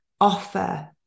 offer